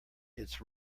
its